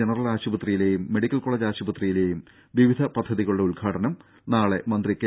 general ആശുപത്രിയിലേയും medical college ആശുപത്രിയിലേയും വിവിധ പദ്ധതികളുടെ ഉദ്ഘാടനം നാളെ മന്ത്രി കെ